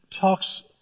talks